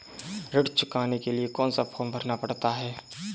ऋण चुकाने के लिए कौन सा फॉर्म भरना पड़ता है?